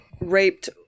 raped